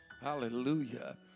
Hallelujah